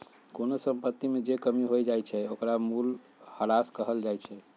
कोनो संपत्ति में जे कमी हो जाई छई ओकरा मूलहरास कहल जाई छई